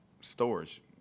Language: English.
storage